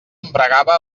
embragava